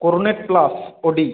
coronet plus od